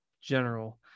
general